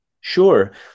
Sure